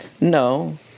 No